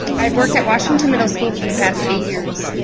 i worked at washington middle school for the past eight years.